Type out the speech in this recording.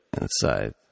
inside